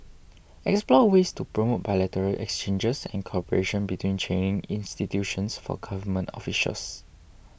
explore ways to promote bilateral exchanges and cooperation between training institutions for government officials